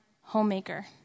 homemaker